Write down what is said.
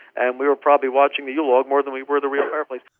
and we were probably watching the yule log more than we were the real fireplace